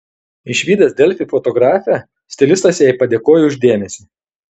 išvydęs delfi fotografę stilistas jai padėkojo už dėmesį